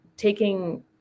taking